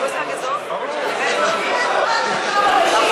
את המשחקים הפרלמנטריים, בתיאום.